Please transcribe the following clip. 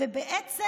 בעצם,